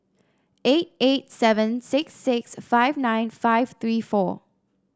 eight eight seven six six five nine five three four